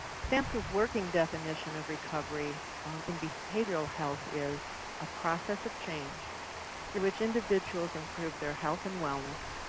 samhsa's working definition of recovery um in behavioral health is a process of change through which individuals improve their health and wellness,